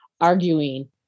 arguing